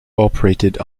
operated